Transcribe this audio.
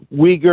Uyghur